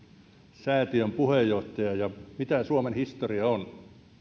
säätiön puheenjohtaja mitä suomen historia on